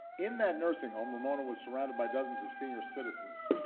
in that nursing home, ramona was surrounded by dozens of senior citizens,